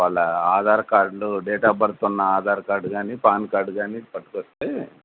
వాళ్ళ ఆధార్ కార్డ్లు date of బర్తున్న ఆధార్ కార్డ్ కానీ పాన్కార్డ్ కానీ పట్టుకొస్తే